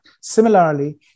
Similarly